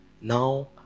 Now